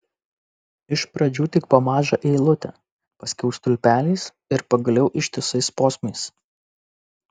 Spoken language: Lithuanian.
iš pradžių tik po mažą eilutę paskiau stulpeliais ir pagaliau ištisais posmais